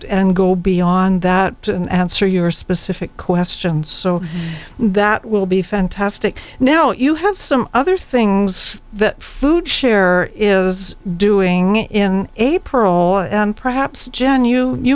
and go beyond that and answer your specific questions so that will be fantastic now you have some other things that food share is doing in april perhaps gen u you